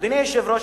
אדוני היושב-ראש,